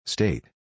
State